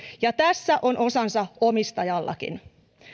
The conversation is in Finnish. ja tässä on osansa omistajallakin